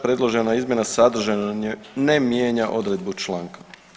Predložena izmjena sadržajno ne mijenja odredbu članka.